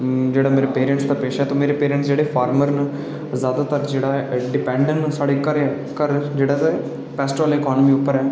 जेह्ड़ा मेरा पेरेंट्स दा पेशा ऐ मेरे पेरेंट्स जेह्ड़े फारमर न ओह् ज्यादातर जेह्ड़ा ऐ डिपैंड न साढ़े घरा उप्पर जेह्ड़ा पेस्ट आह्ली अकानमी उप्पर